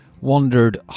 wondered